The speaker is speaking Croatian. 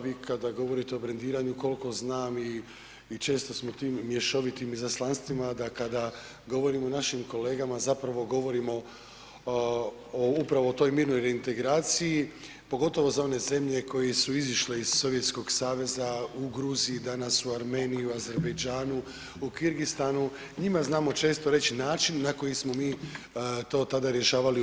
Vi kada govorite o brendiranju koliko znam i često smo u tim mješovitim izaslanstvima da kada govorimo našim kolegama zapravo govorimo upravo o toj mirnoj reintegraciji, pogotovo za one zemlje koje su izišle iz Sovjetskog saveza u Gruziji, danas u Armeniji u Azerbajdžanu u Kirgistanu njima znamo često reći način na koji smo mi to tada rješavali u RH.